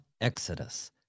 Exodus